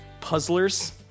Puzzlers